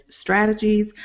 strategies